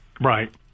Right